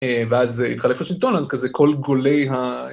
‫ואז התחלף לשלטון, ‫אז כזה כל גולי ה...